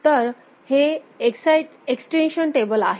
तर हे extension table आहे